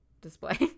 display